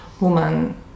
woman